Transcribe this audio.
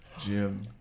Jim